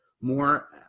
more